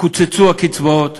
קוצצו הקצבאות.